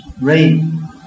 rain